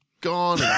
gone